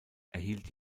erhielt